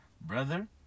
Brother